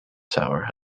tower